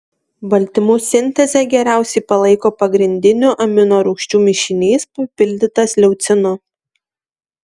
baltymų sintezę geriausiai palaiko pagrindinių aminorūgščių mišinys papildytas leucinu